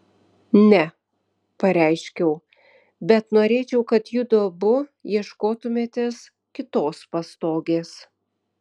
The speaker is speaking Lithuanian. ne pareiškiau bet norėčiau kad judu abu ieškotumėtės kitos pastogės